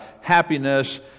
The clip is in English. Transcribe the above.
happiness